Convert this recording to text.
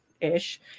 ish